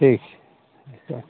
ठीक छै